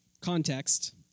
context